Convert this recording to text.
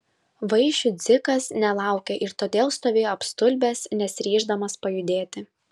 vaišių dzikas nelaukė ir todėl stovėjo apstulbęs nesiryždamas pajudėti